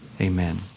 Amen